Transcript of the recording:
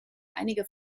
einige